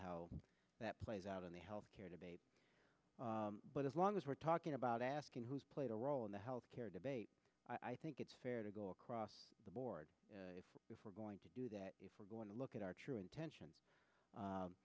how that plays out in the health care debate but as long as we're talking about asking who's played a role in the health care debate i think it's fair to go across the board if we're going to do that if we're going to look at our true intentions